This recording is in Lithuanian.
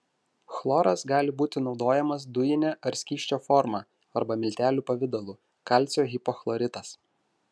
chloras gali būti naudojamas dujine ar skysčio forma arba miltelių pavidalu kalcio hipochloritas